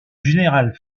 général